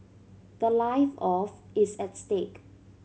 the life of is at stake